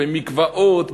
במקוואות,